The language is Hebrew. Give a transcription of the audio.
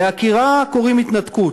לעקירה קוראים "התנתקות",